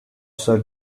sir